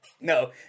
No